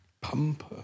Pumper